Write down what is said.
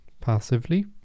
passively